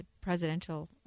presidential